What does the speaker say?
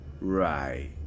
Right